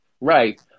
Right